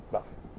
but